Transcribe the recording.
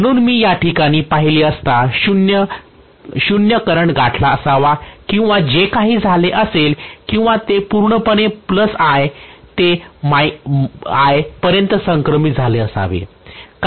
म्हणून मी याठिकाणी पाहिले असता 0 करंट गाठला असावा किंवा जे काही झाले असेल किंवा ते पूर्णपणे I ते I पर्यंत संक्रमण झाले असावे